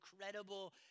incredible